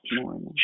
morning